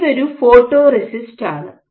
ഇതൊരു ഫോട്ടോറിസ്റ്റ് ആണ്